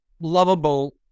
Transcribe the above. lovable